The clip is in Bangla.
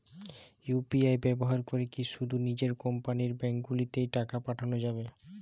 ইউ.পি.আই ব্যবহার করে কি শুধু নিজের কোম্পানীর ব্যাংকগুলিতেই টাকা পাঠানো যাবে?